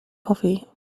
coffee